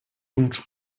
uns